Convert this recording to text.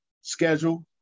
schedule